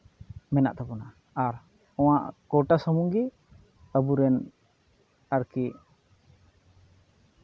ᱢᱮᱱᱟᱜ ᱛᱟᱵᱚᱱᱟ ᱟᱨ ᱚᱱᱟ ᱠᱳᱴᱟ ᱥᱩᱢᱩᱝ ᱜᱮ ᱟᱹᱵᱩᱨᱮᱱ ᱟᱨᱠᱤ